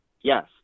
Yes